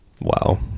Wow